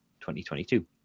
2022